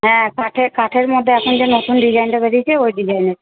হ্যাঁ কাঠের কাঠের মধ্যে এখন যে নতুন ডিজাইনটা বেরিয়েছে ওই ডিজাইনের